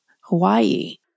Hawaii